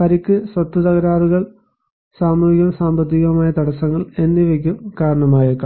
പരിക്ക് സ്വത്ത് തകരാറുകൾ സാമൂഹികവും സാമ്പത്തികവുമായ തടസ്സങ്ങൾ എന്നിവയ്ക്ക് കാരണമായേക്കാം